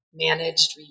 managed